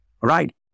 right